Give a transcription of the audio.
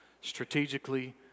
strategically